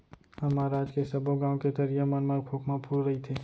हमर राज के सबो गॉंव के तरिया मन म खोखमा फूले रइथे